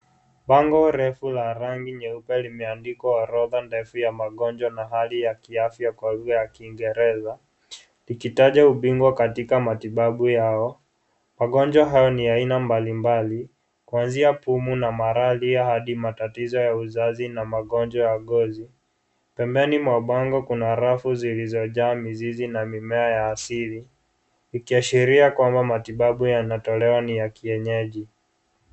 Bango ndefu limeandikwa orodha ndefu za magonjwa na hali ya liafya kwa jona la kiingereza ikitaja ubingwa katika matibabu yao magonjwa hayo ni njia mbalimbali matatizo ya goti pembeni mwa bango kuna rafu zilozojaa mizizi na mimea vya asili ikiashiria kuwa matibabu inayotolewa ni ya kienyeji.